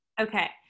Okay